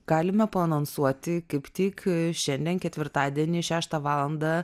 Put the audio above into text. galime paanonsuoti kaip tik šiandien ketvirtadienį šeštą valandą